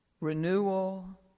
renewal